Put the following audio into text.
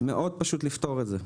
מאוד פשוט לפתור את זה.